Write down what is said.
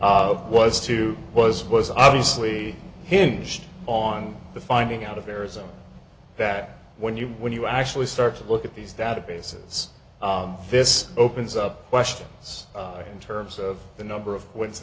was two was was obviously hinged on the finding out of arizona that when you when you actually start to look at these databases this opens up questions in terms of the number of w